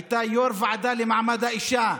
היא הייתה יושבת-ראש הוועדה לקידום מעמד האישה,